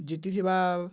ଜିତିଥିବା